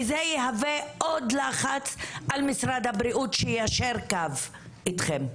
וזה יהווה עוד לחץ על משרד הבריאות שיישר קו אתכם.